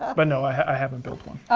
but no, i haven't built one.